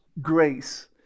grace